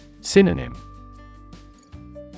Synonym